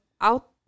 out